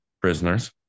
prisoners